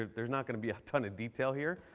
there's not going to be a ton of detail here.